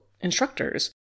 instructors